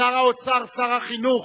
שר האוצר, שר החינוך,